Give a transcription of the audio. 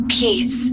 peace